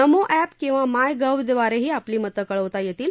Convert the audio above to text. नमो app किंवा my गव्हद्वारेही आपली मतं कळवता येतील